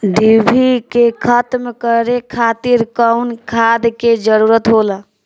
डिभी के खत्म करे खातीर कउन खाद के जरूरत होला?